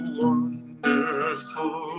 wonderful